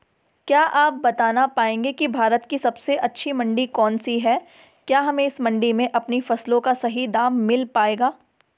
क्या आप बताना पाएंगे कि भारत की सबसे अच्छी मंडी कौन सी है क्या हमें इस मंडी में अपनी फसलों का सही दाम मिल पायेगा?